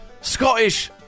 Scottish